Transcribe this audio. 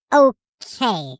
okay